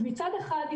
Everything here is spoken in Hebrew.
מצד אחד,